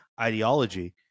ideology